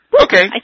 Okay